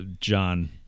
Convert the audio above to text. John